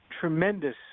tremendous